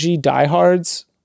diehards